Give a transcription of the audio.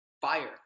fire